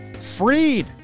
Freed